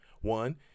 One